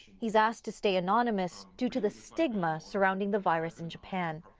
he's asked to stay anonymous due to the stigma surrounding the virus in japan.